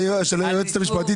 נכון.